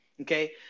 okay